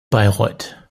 bayreuth